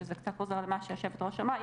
שזה קצת חוזר למה שהיושבת-ראש אמרה.